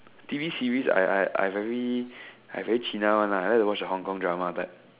T_V series I I I very I very cheetah one lah I like to watch the Hong-Kong drama type